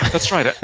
that's right.